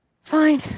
fine